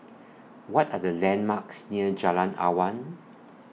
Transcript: What Are The landmarks near Jalan Awan